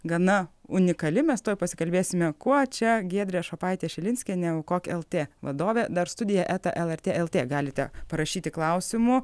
gana unikali mes tuoj pasikalbėsime kuo čia giedrė šopaitė šilinskienė aukok lt vadovė dar studija eta lrt lt galite parašyti klausimų